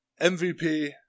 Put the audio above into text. MVP